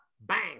bang